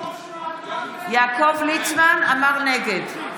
הכול מותר לכם, מהמקפצה.